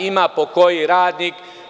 Ima po koji radnik.